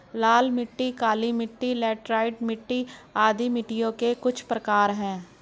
लाल मिट्टी, काली मिटटी, लैटराइट मिट्टी आदि मिट्टियों के कुछ प्रकार है